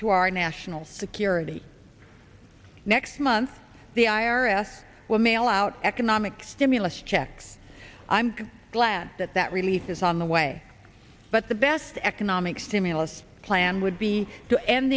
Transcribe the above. to our national security next month the i r s will mail out economic stimulus checks i'm glad that that relief is on the way but the best economic stimulus plan would be to end